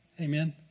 Amen